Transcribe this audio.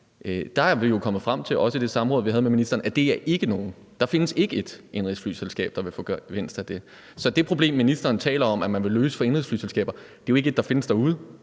hvilket også var fremme i det samråd, vi havde med ministeren. Der findes ikke et indenrigsflyselskab, der vil få gevinst af det. Så det problem, som ministeren taler om man vil løse for indenrigsflyselskaber, er jo ikke et, der findes derude.